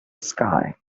sky